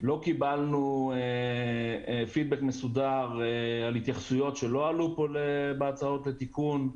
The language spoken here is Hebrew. לא קיבלנו פידבק מסודר על התייחסויות שלא עלו פה בהצעות לתיקון,